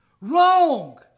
Wrong